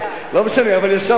לא משנה, אבל ישבת שם.